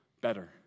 better